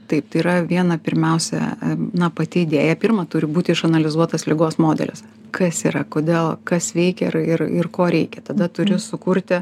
taip tai yra viena pirmiausia na pati idėja pirma turi būti išanalizuotas ligos modelis kas yra kodėl kas veikia ir ir ir ko reikia tada turi sukurti